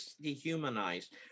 dehumanized